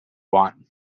want